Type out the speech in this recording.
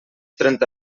trenta